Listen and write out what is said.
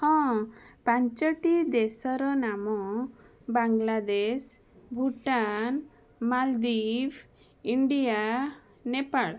ହଁ ପାଞ୍ଚଟି ଦେଶର ନାମ ବାଂଲାଦେଶ ଭୁଟାନ ମାଲଦ୍ୱିପ ଇଣ୍ଡିଆ ନେପାଳ